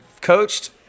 coached